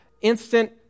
instant